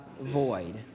void